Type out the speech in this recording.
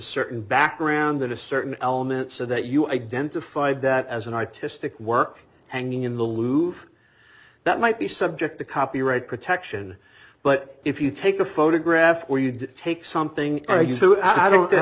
certain background that a certain element so that you identified that as an artistic work hanging in the loop that might be subject to copyright protection but if you take a photograph where you'd take something are you so i don't i